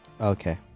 Okay